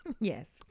yes